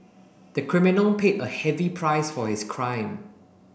the criminal paid a heavy price for his crime